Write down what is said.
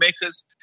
makers